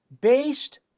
Based